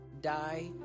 die